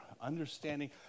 understanding